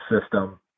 system